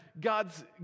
God's